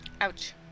Ouch